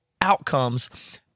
outcomes